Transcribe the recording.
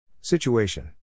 Situation